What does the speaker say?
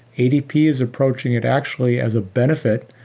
adp is approaching it actually as a benefit.